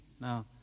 now